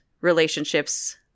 relationships